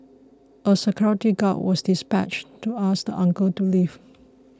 a security guard was dispatched to ask the uncle to leave